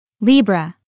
Libra